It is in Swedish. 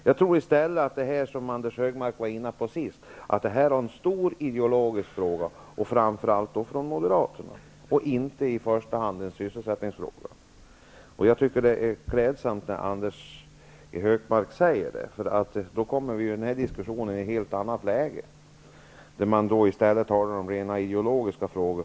Jag tror i stället att detta, som Anders G Högmark senast var inne på, är en stor ideologisk fråga, framför allt för moderaterna, inte i första hand en sysselsättningsfråga. Det är också klädsamt att Anders G Högmark säger detta. Denna diskussion kommer i ett helt annat läge, om man utgår från att det gäller rent ideologiska frågor.